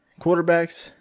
quarterbacks